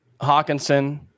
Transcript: Hawkinson